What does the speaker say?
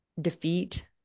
defeat